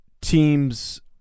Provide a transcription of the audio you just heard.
teams